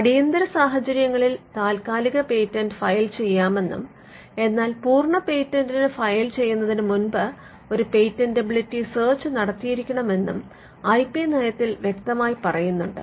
അടിയന്തിര സാഹചര്യങ്ങളിൽ താൽക്കാലിക പേറ്റന്റ് ഫയൽ ചെയ്യാമെന്നും എന്നാൽ പൂർണ്ണ പേറ്റന്റിന് ഫയൽ ചെയ്യുന്നതിന് മുൻപ് ഒരു പേറ്റന്റെബിലിറ്റി സെർച്ച് നടത്തിയിരിക്കണം എന്നും ഐ പി നയത്തിൽ വ്യക്തമായി പറയുന്നുണ്ട്